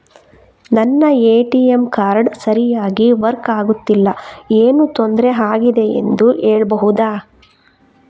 ನನ್ನ ATM card ಸರಿಯಾಗಿ work ಆಗುತ್ತಿಲ್ಲ, ಏನು ತೊಂದ್ರೆ ಆಗಿದೆಯೆಂದು ಹೇಳ್ಬಹುದಾ?